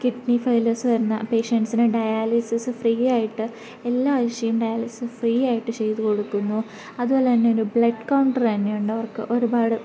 kidney failures വരുന്ന പേഷ്യൻസിന് dialysis ഫ്രീയായിട്ട് എല്ലാ ആഴ്ച്ചയും ഡയാലിസിസ് ഫ്രീ ആയിട്ട് ചെയ്തു കൊടുക്കുന്നു അതുപോലെതന്നെ ഒരു ബ്ലഡ് കൗണ്ടറ് തന്നെ ഉണ്ട് അവർക്ക് ഒരുപാട്